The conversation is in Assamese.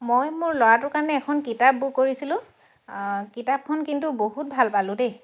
মই মোৰ ল'ৰাটোৰ কাৰণে এখন কিতাপ বুক কৰিছিলোঁ কিতাপখন কিন্তু বহুত ভাল পালোঁ দেই